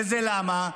וזה למה?